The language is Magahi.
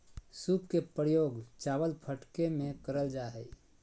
सूप के प्रयोग चावल फटके में करल जा हइ